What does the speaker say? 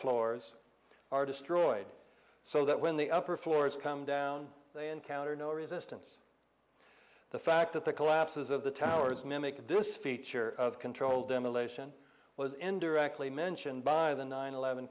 floors are destroyed so that when the upper floors come down they encounter no resistance the fact that the collapses of the towers mimic this feature of controlled demolition was indirectly mentioned by the nine eleven